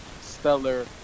stellar